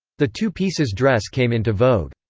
the two pieces dress came into vogue.